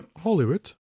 Hollywood